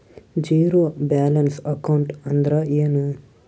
Zero balance account ಅಂದ್ರ ಏನು?